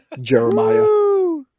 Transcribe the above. Jeremiah